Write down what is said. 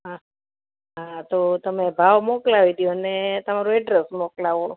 હા હા તો તમે ભાવ મોકલાવી દયો અને તમારું એડ્રેસ મોકલાવો